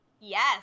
Yes